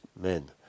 men